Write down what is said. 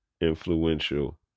Influential